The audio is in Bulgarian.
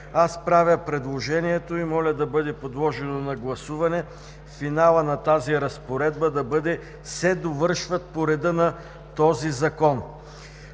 Аз правя предложение и моля да бъде подложено на гласуване – финалът на тази разпоредба да бъде: „се довършват по реда на този Закон“.